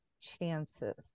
chances